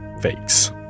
fakes